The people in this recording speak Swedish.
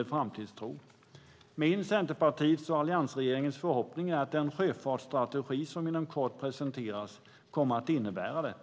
Min, Centerpartiets och alliansregeringens förhoppning är att den sjöfartsstrategi som inom kort presenteras innebär detta.